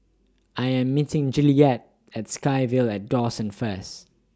I Am meeting July yet At SkyVille At Dawson First